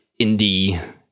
indie